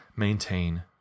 maintain